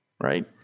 right